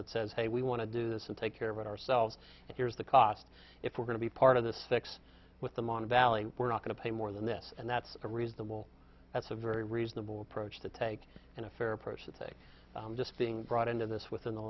that says hey we want to do this and take care of it ourselves and here's the cost if we're going to be part of this fix with them on a ballot we're not going to pay more than this and that's a reasonable that's a very reasonable approach to take and a fair approach that thing just being brought into this within the